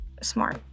smart